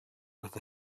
with